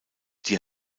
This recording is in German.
die